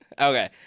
Okay